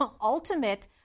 ultimate